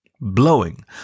Blowing